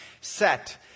set